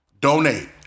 donate